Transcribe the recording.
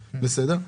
חרדית.